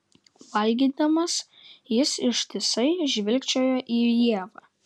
valgydamas jis ištisai žvilgčiojo į ievą